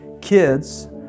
kids